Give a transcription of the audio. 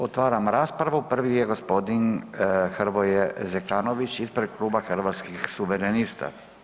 Otvaram raspravu, prvi je g. Hrvoje Zekanović ispred Kluba Hrvatskih suverenista.